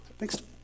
next